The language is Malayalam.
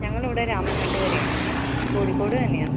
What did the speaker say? ഞങ്ങൾ ഇവിടെ രാമനാട്ടുകരയാന്ന് കോഴിക്കോട് തന്നെയാന്ന്